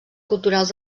culturals